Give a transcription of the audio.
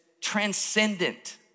transcendent